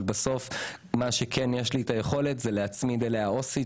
בסוף יש לי את היכולת להצמיד אליה עובדת סוציאלית